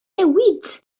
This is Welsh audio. newid